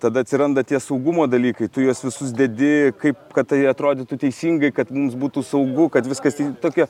tada atsiranda tie saugumo dalykai tu juos visus dedi kaip kad tai atrodytų teisingai kad mums būtų saugu kad viskas tokia